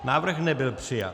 Návrh nebyl přijat.